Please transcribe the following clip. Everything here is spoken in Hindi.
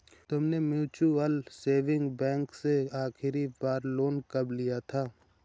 तुमने म्यूचुअल सेविंग बैंक से आखरी बार लोन कब लिया था?